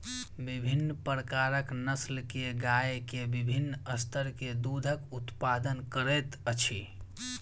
विभिन्न प्रकारक नस्ल के गाय के विभिन्न स्तर के दूधक उत्पादन करैत अछि